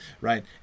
right